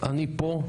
אני פה.